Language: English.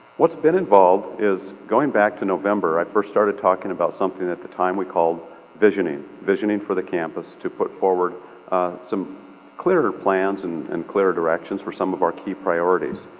what's been involved is going back to november. i first started talking about something at the time we called visioning. visioning for the campus to put forward some clearer plans and and clearer directions for some of our key priorities.